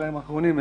בחודשיים האחרונים,